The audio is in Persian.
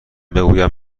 بگویم